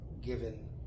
given